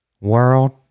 world